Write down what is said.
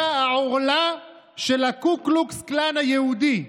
אתה העורלה של הקו קלוקס קלאן היהודי.